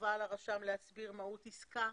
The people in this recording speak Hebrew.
החובה על הרשם להסביר לצדדים מהות עסקה